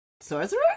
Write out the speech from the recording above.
Sorcerer